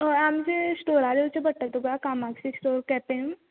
हय आमच्या स्टोरार येवचें पडटलें तुका कामाक्षी स्टोर केपेंम